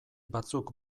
batzuk